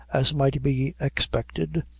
as might be expected,